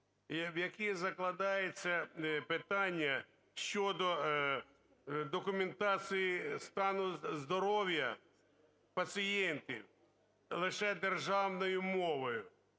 в якій закладається питання щодо документації стану здоров'я пацієнтів лише державною мовою.